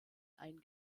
ein